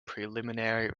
preliminary